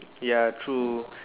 ya true